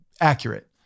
accurate